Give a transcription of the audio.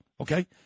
okay